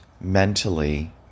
mentally